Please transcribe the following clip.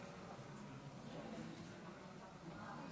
אדוני היושב-ראש,